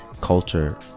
culture